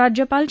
राज्यपाल चे